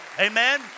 Amen